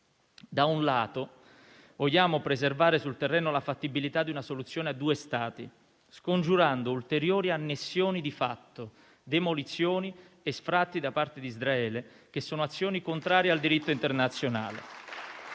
da un lato, vogliamo preservare sul terreno la fattibilità di una soluzione a due Stati, scongiurando ulteriori annessioni di fatto, demolizioni e sfratti da parte di Israele, che sono azioni contrarie al diritto internazionale.